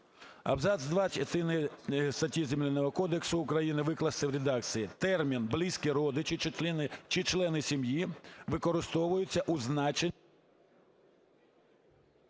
два 130 статті Земельного кодексу України викласти в редакції: "Термін "близькі родичі чи члени сім'ї" використовується у значенні…